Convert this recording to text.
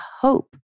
hope